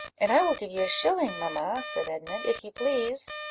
and i will give you a shilling, mamma, said edmund, if you please.